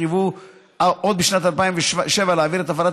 שחייבו עוד בשנת 2007 להעביר את הפעלת